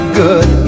good